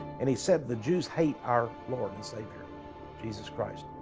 and he said the jews hate our lord and saviour jesus christ,